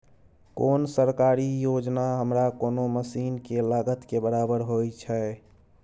कोन सरकारी योजना हमरा कोनो मसीन के लागत के बराबर होय छै?